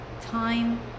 time